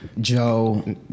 Joe